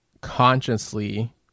consciously